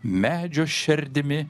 medžio širdimi